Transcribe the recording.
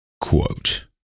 Quote